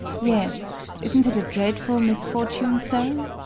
yes isn't it a dreadful misfortune, sir?